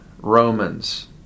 Romans